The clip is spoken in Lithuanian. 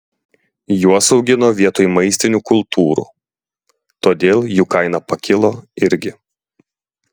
juos augino vietoj maistinių kultūrų todėl jų kaina pakilo irgi